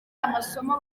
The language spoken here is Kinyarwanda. amasomo